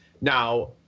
Now